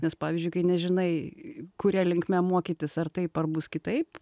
nes pavyzdžiui kai nežinai kuria linkme mokytis ar taip ar bus kitaip